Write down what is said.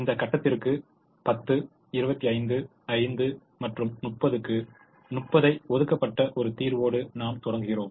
இந்த கட்டத்திற்கு 10 25 5 மற்றும் 30 க்கு 30 ஐ ஒதுக்கப்பட்ட ஒரு தீர்வோடு நாம் தொடங்கிறோம்